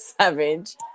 savage